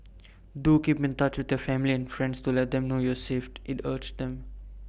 do keep in touch with the family and friends to let them know you saved IT urged them